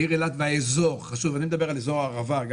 העיר אילת והאזור חשוב, אני מדבר על אזור הערבה.